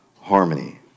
harmony